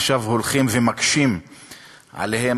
עכשיו הולכים ומקשים עליהם,